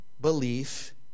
belief